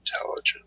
intelligent